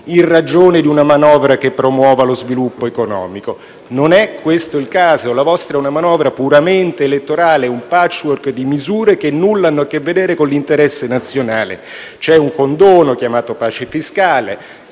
in ragione di una manovra che promuova lo sviluppo economico. Però non è questo il caso: la vostra è una manovra puramente elettorale, un *patchwork* di misure che nulla hanno a che vedere con l'interesse nazionale. C'è un condono, chiamato pace fiscale.